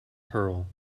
pearl